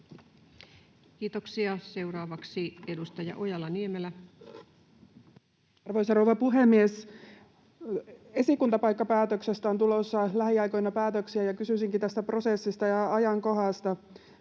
Kiitoksia. — Seuraavaksi edustaja Ojala-Niemelä. Arvoisa rouva puhemies! Esikuntapaikoista on tulossa lähiaikoina päätöksiä, ja kysyisinkin tästä prosessista ja ajankohdasta,